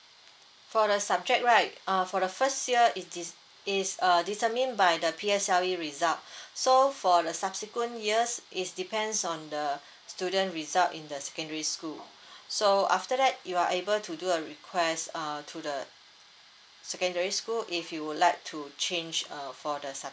for the subject right uh for the first year it is is err determine by the P_S_L_E result so for the subsequent years is depends on the student result in the secondary school so after that you are able to do a requests err to the secondary school if you would like to change err for the subject